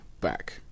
back